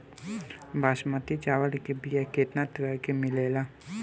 बासमती चावल के बीया केतना तरह के मिलेला?